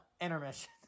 Intermission